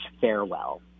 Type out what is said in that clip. farewell